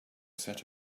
set